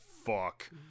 fuck